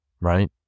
right